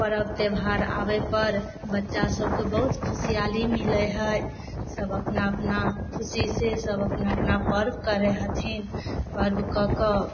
पर्व त्योहार आबय पर बच्चा सबके बहुत खुशिहाली मिलय हइ सब अपना अपना खुशीसँ सब अपना अपना पर्व करय हथिन पर्व कऽ कऽ